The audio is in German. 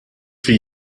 wie